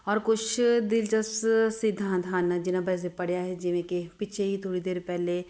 ਔਰ ਕੁਛ ਦਿਲਚਸਪ ਸਿਧਾਂਤ ਹਨ ਜਿਨ੍ਹਾਂ ਵੈਸੇ ਪੜ੍ਹਿਆ ਹੈ ਜਿਵੇਂ ਕਿ ਪਿੱਛੇ ਹੀ ਥੋੜ੍ਹੀ ਦੇਰ ਪਹਿਲਾਂ